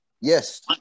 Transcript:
Yes